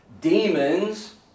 demons